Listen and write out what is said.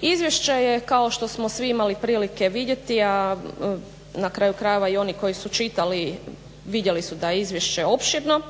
Izvješće je kao što smo svi imali prilike vidjeti, a na kraju krajeva i oni koji su čitali vidjeli su da je izvješće opširno